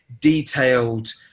detailed